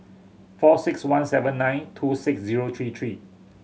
four six one seven nine two six zero three three